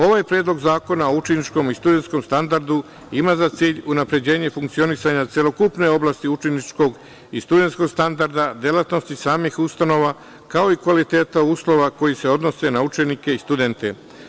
Ovaj Predlog zakona o učeničkom i studentskom standardu ima za cilj unapređenje funkcionisanja celokupne oblasti učeničkog i studentskog standarda, delatnosti samih ustanova, kao i kvaliteta uslova koji se odnose na učenike i studente.